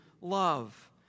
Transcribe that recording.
love